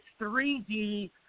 3D